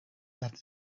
that